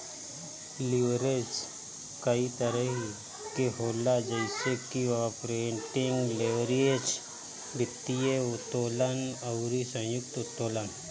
leverage कई तरही के होला जइसे की आपरेटिंग लीवरेज, वित्तीय उत्तोलन अउरी संयुक्त उत्तोलन